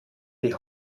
die